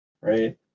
right